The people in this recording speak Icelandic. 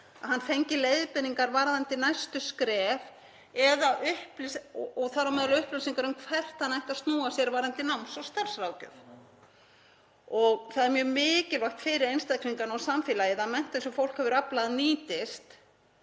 að hann fengi leiðbeiningar varðandi næstu skref, þar á meðal upplýsingar um hvert hann ætti að snúa sér varðandi náms- og starfsráðgjöf. Það er mjög mikilvægt fyrir einstaklingana og samfélagið að menntun sem fólk hefur aflað sér nýtist,